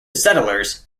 settlers